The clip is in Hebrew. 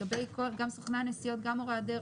לגבי סוכני הנסיעות ומורי הדרך,